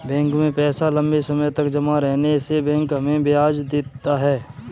bank में पैसा लम्बे समय तक जमा रहने से बैंक हमें ब्याज देता है